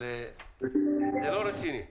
אבל זה לא רציני.